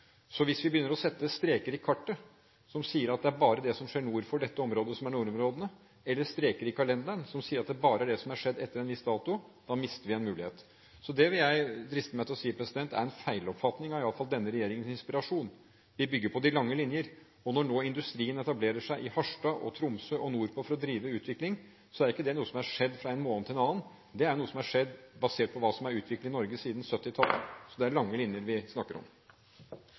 Hvis vi begynner å sette streker i kartet som sier at det er bare det som skjer nord for dette området, som er nordområdene, eller streker i kalenderen som sier at det bare er dette som er skjedd etter en viss dato, mister vi en mulighet. Det vil jeg driste meg til å si er en feiloppfatting av iallfall denne regjeringens inspirasjon: Vi bygger på de lange linjer. Når nå industrien etablerer seg i Harstad, Tromsø og nordpå for å drive utvikling, er ikke det noe som har skjedd fra en måned til en annen – det er noe som har skjedd basert på hva som er utviklingen i Norge siden 1970-tallet. Så det er lange linjer vi snakker om.